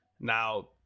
Now